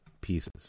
pieces